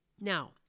Now